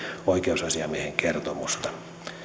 oikeusasiamiehen kertomusta